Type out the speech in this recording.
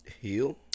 Heal